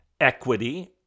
equity